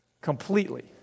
completely